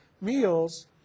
meals